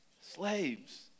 Slaves